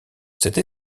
cette